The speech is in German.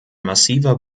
massiver